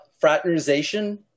fraternization